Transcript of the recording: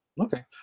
Okay